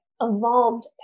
evolved